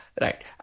Right